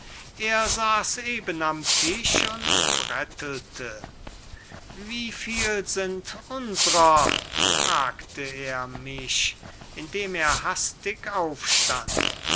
er saß eben am tisch und brettelte wie viel sind unserer frug er mich indem er hastig aufstand